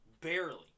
barely